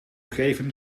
geven